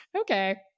okay